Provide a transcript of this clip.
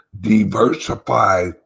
diversify